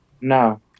No